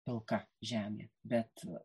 pilka žemė bet